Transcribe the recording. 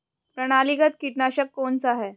प्रणालीगत कीटनाशक कौन सा है?